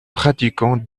pratiquant